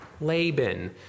Laban